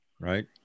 right